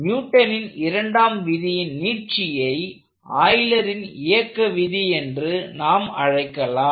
நியூட்டனின் இரண்டாம் விதியின் நீட்சியை ஆய்லரின் Eulers இயக்க விதி என்று நாம் அழைக்கலாம்